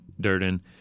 Durden